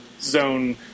zone